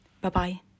Bye-bye